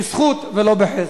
בזכות ולא בחסד.